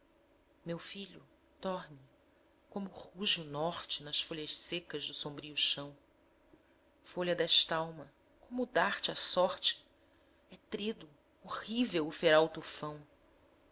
meu filho dorme como ruge o norte nas folhas secas do sombrio chão folha dest'alma como dar-te à sorte é tredo horrível o feral tufão